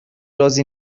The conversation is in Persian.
راضی